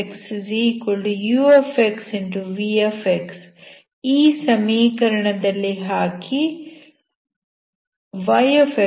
v ಈ ಸಮೀಕರಣದಲ್ಲಿ ಹಾಕಿ y ಅನ್ನು ಪಡೆಯುತ್ತೇನೆ